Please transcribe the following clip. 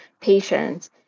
patients